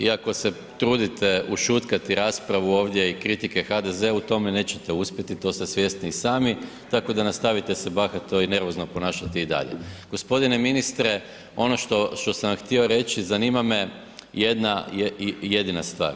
Iako se trudite ušutkati raspravu ovdje i kritike HDZ-u u tome nećete uspjeti, to ste svjesni i sami, tako da nastavite se bahato i nervozno ponašati i dalje. g. Ministre, ono što, što sam vam htio reći, zanima me jedna i jedina stvar.